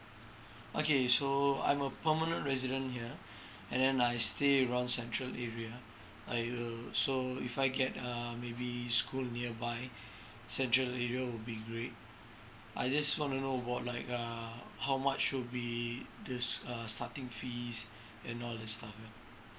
okay so I'm a permanent resident here and then I stay around central area I will so if I get a maybe school nearby central area would be great I just want to know what like err how much will be this uh starting fees and all the stuff yup